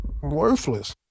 Worthless